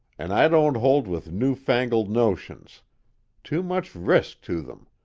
an' i don't hold with new-fangled notions too much resk to them.